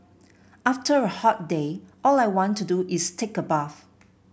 after a hot day all I want to do is take a bath